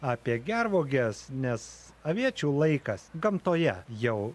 apie gervuoges nes aviečių laikas gamtoje jau